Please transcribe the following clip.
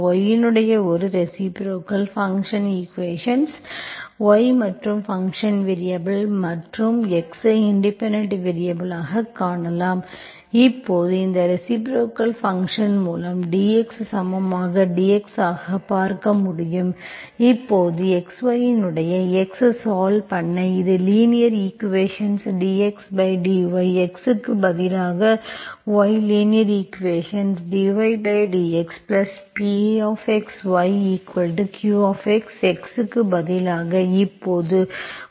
y இன் ஒரு reciprocal function equations y மற்றும் ஃபங்க்ஷன் வேரியபல் மற்றும் x ஐ இண்டிபெண்டென்ட் வேரியபல் ஆகக் காணலாம் இப்போது இந்த ரெசிப்ரோக்கல் ஃபங்க்ஷன் மூலம் dx சமமாக dx ஆகவும் பார்க்க முடியும் இப்போது x y இன் x சால்வ் பண்ண இது லீனியர் ஈக்குவேஷன்ஸ்dxdy x க்கு பதிலாக y linear equations dydx Px yqx x க்கு பதிலாக இப்போது y உள்ளது